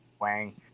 Wang